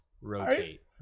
Rotate